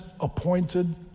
appointed